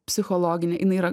psichologinė jinai yra